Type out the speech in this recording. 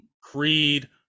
Creed